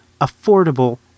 affordable